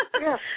yes